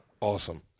Awesome